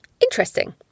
interesting